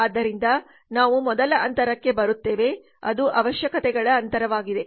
ಆದ್ದರಿಂದ ನಾವು ಮೊದಲ ಅಂತರಕ್ಕೆ ಬರುತ್ತೇವೆ ಅದು ಅವಶ್ಯಕತೆಗಳ ಅಂತರವಾಗಿದೆ